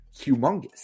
humongous